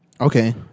Okay